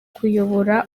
kuyobora